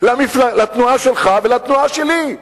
לתנועה שלך ולתנועה שלי.